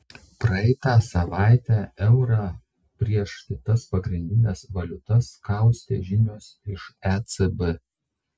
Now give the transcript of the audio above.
praeitą savaitę eurą prieš kitas pagrindines valiutas kaustė žinios iš ecb